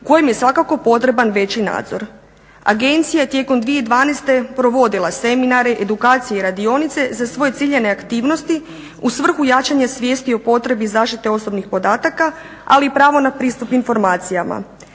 kojima je svakako potreban veći nadzor. Agencija tijekom 2012. provodila seminare, edukacije i radionice za svoje ciljane aktivnosti u svrhu jačanja svijesti o potrebi zaštite osobnih podataka ali i pravo na pristup informacijama.